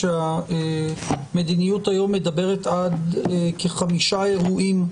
שהמדיניות היום מדברת עד כחמישה אירועים.